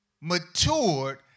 matured